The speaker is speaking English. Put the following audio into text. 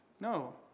No